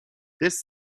this